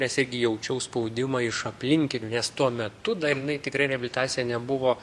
nes irgi jaučiau spaudimą iš aplinkinių nes tuo metu dar jinai tikrai reabilitacija nebuvo